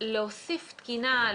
להוסיף תקינה,